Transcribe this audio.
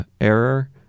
error